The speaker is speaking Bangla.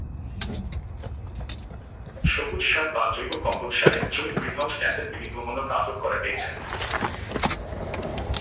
সবুজ সার বা জৈব কম্পোট সারের চইল গ্রীনহাউস গ্যাসের বিনির্গমনক আটক করা গেইচে